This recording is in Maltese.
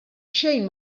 xejn